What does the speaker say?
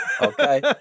Okay